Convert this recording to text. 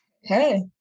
hey